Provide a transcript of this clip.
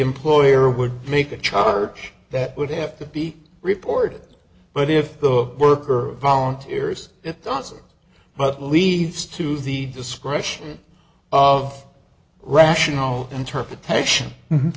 employer would make a charge that would have to be reported but if the worker volunteers it doesn't but leaves to the discretion of rational interpretation